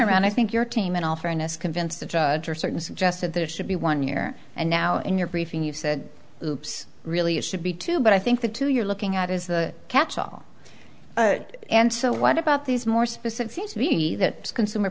around i think your team in all fairness convinced a judge or certain suggested there should be one year and now in your briefing you've said oops really it should be two but i think the two you're looking at is the catch all but and so what about these more specific seems to be that consumer